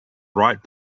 right